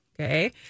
Okay